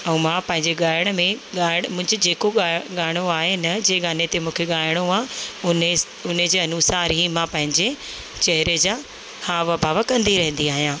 ऐं मां पंहिंजे ॻाइण में ॻाइणु मुंहिंजे जेको ॻाइणु गानो आहे न जंहिं गाने ते मूंखे ॻाइणो आहे उन उन जे अनुसारु ई मां पंहिंजे चहिरे जा हाव भाव कंदी रहंदी आहियां